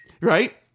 right